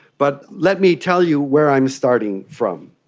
but let me tell you where i'm starting from.